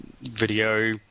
video